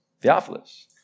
Theophilus